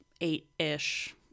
eight-ish